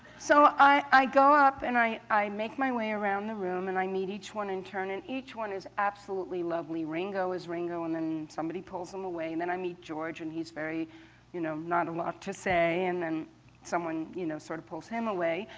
so i go up, and i i make my way around the room, and i meet each one in turn. and each one is absolutely lovely. ringo is ringo, and then somebody pulls them away. and then i meet george, and he's very you know not a lot to say. and then someone you know sort of pulls him away.